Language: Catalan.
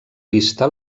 vista